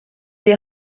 est